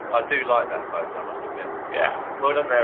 ah do like that photo, i must admit, yeah well done so